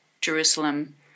Jerusalem